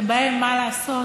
שבהם, מה לעשות,